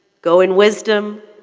go in wisdom.